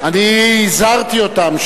אני הזהרתי אותם,